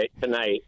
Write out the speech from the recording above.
tonight